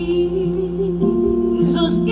Jesus